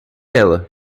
ela